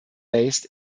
based